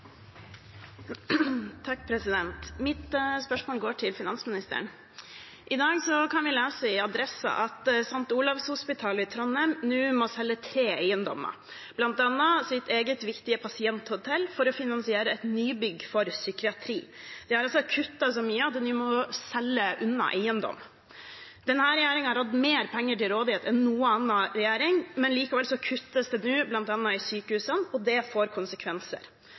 Mitt spørsmål går til finansministeren. I dag kan vi lese i Adressa at St. Olavs hospital i Trondheim nå må selge tre eiendommer, bl.a. sitt eget viktige pasienthotell, for å finansiere et nybygg for psykiatri. De har altså kuttet så mye at de må selge unna eiendom. Denne regjeringen har hatt mer penger til rådighet enn noen annen regjering, men likevel kuttes det nå i sykehusene, og det får konsekvenser.